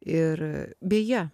ir beje